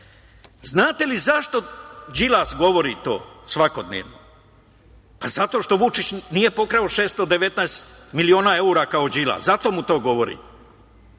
Znate li zašto Đilas govori to svakodnevno? Zato što Vučić nije pokrao 619 miliona evra kao Đilas. Zato mu to govori.